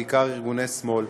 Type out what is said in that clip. בעיקר ארגוני שמאל,